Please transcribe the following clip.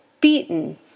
beaten